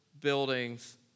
buildings